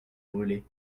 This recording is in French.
brûlé